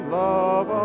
love